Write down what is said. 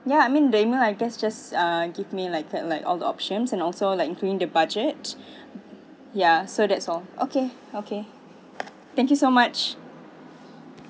ya I mean do you mind I guess just give me like that like all the options and also like including the budgets ya so that's all okay okay thank you so much